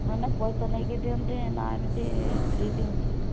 ମାନେ ପଇସା ନେଇକି ଦିଅନ୍ତି ନା ଏମିତି ଫ୍ରି ଦିଅନ୍ତି